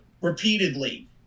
repeatedly